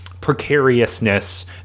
precariousness